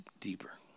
deeper